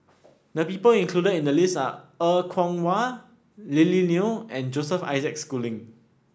the people included in the list are Er Kwong Wah Lily Neo and Joseph Isaac Schooling